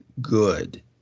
good